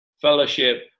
fellowship